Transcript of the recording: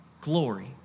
glory